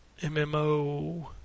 MMO